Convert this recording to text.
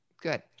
Good